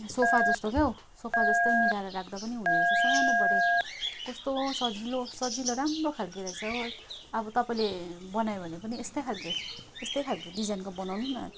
sofa जस्तो क्याउ sofa जस्तै मिलाएर राख्दा पनि हुने रहेछ सानोबडे कस्तो सजिलो सजिलो राम्रो खालको रहेछ हो अब तपाईँले बनायो भने पनि यस्तै खालको यस्तै खालको डिजाइनको बनाउनु न